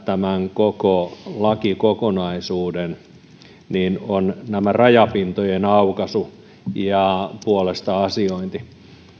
tämän koko lakikokonaisuuden ihan ytimessä on rajapintojen aukaisu ja puolesta asiointi